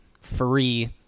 free